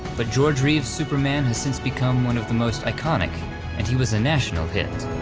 but george reeves superman has since become one of the most iconic and he was a national hit.